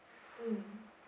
mm